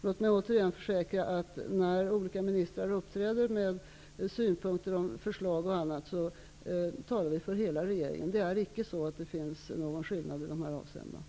Låt mig återigen försäkra att när olika ministrar framför synpunkter och förslag talar de för hela regeringen. Det finns inte några skillnader i detta avseende.